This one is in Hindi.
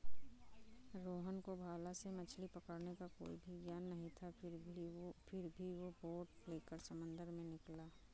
रोहन को भाला से मछली पकड़ने का कोई भी ज्ञान नहीं था फिर भी वो बोट लेकर समंदर में निकला